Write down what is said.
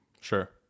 Sure